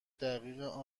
دقیق